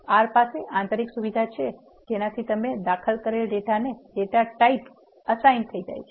R પાસે આંતરિક સુવિધા છે જેનાથી તમે દાખલ કરેલ ડેટા ને ડેટા ટાઇપ એસાઇન થઇ જાય છે